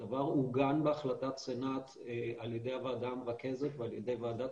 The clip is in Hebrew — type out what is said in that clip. הדבר עוגן בהחלטת סנאט על ידי הוועדה המרכזת ועל ידי ועדת